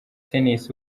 tennis